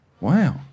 Wow